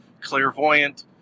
Clairvoyant